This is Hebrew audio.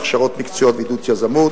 הכשרות מקצועיות ועידוד יזמות.